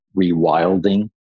rewilding